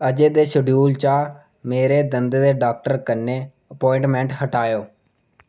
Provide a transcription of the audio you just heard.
अज्जै दे शडयूल चा मेरी दंदें दे डाक्टर कन्नै अप्वायंटमैंट हटाओ